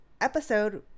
episode